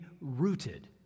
rooted